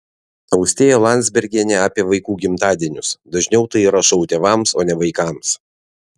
austėja landsbergienė apie vaikų gimtadienius dažniau tai yra šou tėvams o ne vaikams